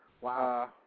Wow